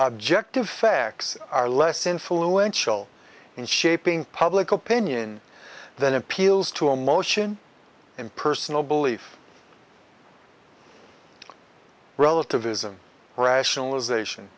object of facts are less influential in shaping public opinion than appeals to emotion and personal belief relativism rationalization